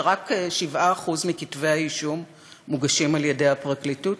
שרק 7% מכתבי-האישום מוגשים על-ידי הפרקליטות?